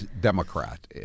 Democrat